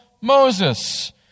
Moses